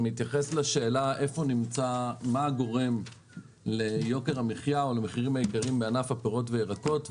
לשאלה מה גורם למחירים היקרים בענף הפירות והירקות.